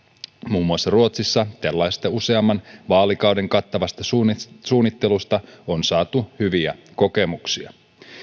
muun muassa ruotsissa tällaisesta useamman vaalikauden kattavasta suunnittelusta on saatu hyviä kokemuksia